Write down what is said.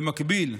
במקביל,